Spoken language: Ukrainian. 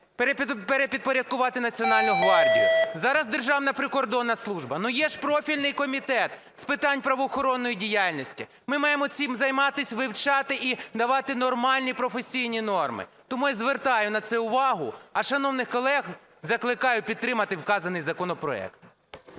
перепідпорядкувати Національну гвардію, зараз Державна прикордонна служба. Є ж профільний Комітет з питань правоохоронної діяльності, ми маємо цим займатись, вивчати і давати нормальні професійні норми. Тому я і звертаю на це увагу, а шановних колег закликаю підтримати вказаний законопроект.